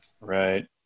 Right